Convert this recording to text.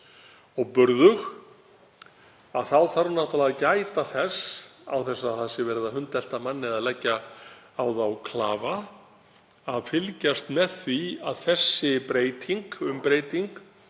og burðug. Þá þarf náttúrlega að gæta þess, án þess að það sé verið að hundelta menn eða leggja á þá klafa, að fylgjast með því að þessi umbreyting